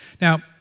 Now